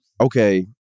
Okay